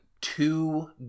two